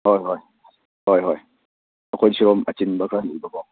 ꯍꯣꯏ ꯍꯣꯏ ꯍꯣꯏ ꯍꯣꯏ ꯑꯩꯈꯣꯏꯁꯨ ꯑꯆꯤꯟꯕ ꯈꯔ ꯂꯩꯕꯀꯣ